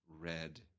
red